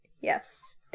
Yes